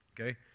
Okay